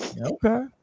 okay